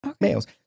Males